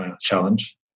challenge